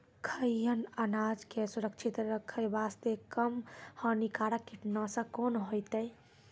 खैहियन अनाज के सुरक्षित रखे बास्ते, कम हानिकर कीटनासक कोंन होइतै?